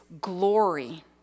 glory